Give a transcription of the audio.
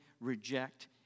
reject